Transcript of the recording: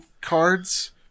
cards